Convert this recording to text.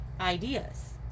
ideas